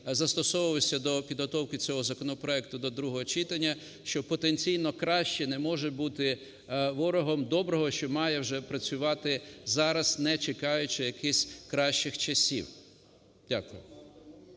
застосовувався до підготовки цього законопроекту до другого читання, що потенційно краще не може бути ворогом доброго, що має вже працювати зараз, не чекаючи якихось кращих часів. Дякую.